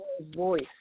voice